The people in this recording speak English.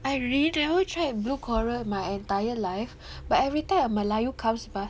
I really never tried blue coral my entire life but everytime a Melayu comes by